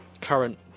current